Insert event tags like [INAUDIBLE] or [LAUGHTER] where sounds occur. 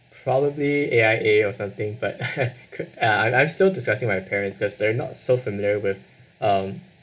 probably A_I_A or something but [NOISE] could and I I've still discussing with my parents cause they're not so familiar with um